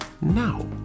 now